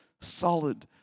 solid